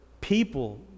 people